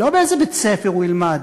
לא באיזה בית-ספר הוא ילמד,